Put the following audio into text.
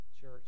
Church